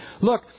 look